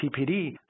TPD